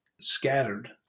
scattered